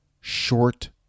short